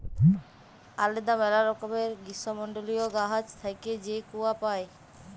আলেদা ম্যালা রকমের গীষ্মমল্ডলীয় গাহাচ থ্যাইকে যে কূয়া পাই